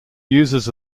users